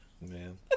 man